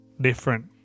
different